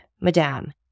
Madame